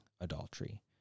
adultery